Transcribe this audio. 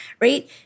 right